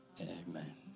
amen